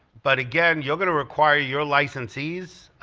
but again you're gonna require your licensees